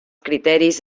criteris